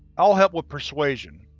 i'll help with persuasion.